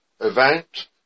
event